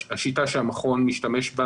השיטה שהמכון משתמש בה